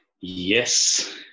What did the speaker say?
Yes